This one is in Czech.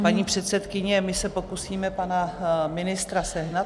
Paní předsedkyně, my se pokusíme pana ministra sehnat.